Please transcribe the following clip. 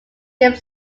became